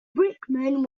brickman